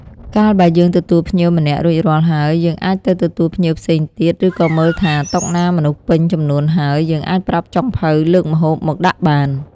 កាលបើយើងទទួលភ្ញៀវម្នាក់រួចរាល់ហើយយើងអាចទៅទទួលភ្ញៀវផ្សេងទៀត ឬក៏មើលថាតុណាមនុស្សពេញចំនួនហើយ យើងអាចប្រាប់ចុងភៅលើកម្ហូបមកដាក់បាន។